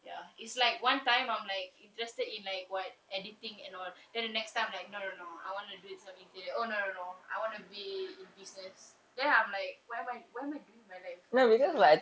ya it's like one time I'm like interested in like what editing and all then the next time like no no no I want to do it some interior oh no no no I want to be in business then I'm like where am I where am I doing in my life everything also don't know